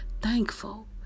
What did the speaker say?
thankful